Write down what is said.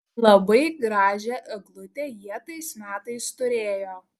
labai gražią eglutę jie tais metais turėjo